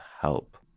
help